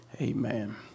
Amen